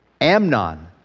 Amnon